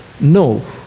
No